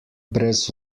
brez